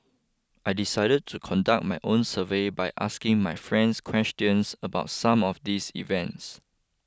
I decided to conduct my own survey by asking my friends questions about some of these events